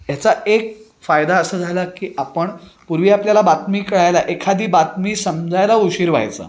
ह्याचा एक फायदा असं झाला की आपण पूर्वी आपल्याला बातमी कळायला एखादी बातमी समजायला उशीर व्हायचा